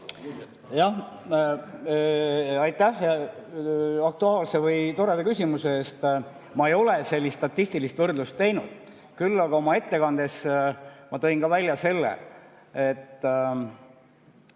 Aitäh aktuaalse või toreda küsimuse eest! Ma ei ole sellist statistilist võrdlust teinud. Küll aga oma ettekandes ma tõin välja selle, et